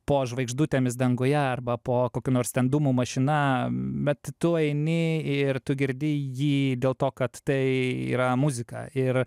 po žvaigždutėmis danguje arba po kokių nors ten dūmų mašina bet tu eini ir tu girdi jį dėl to kad tai yra muzika ir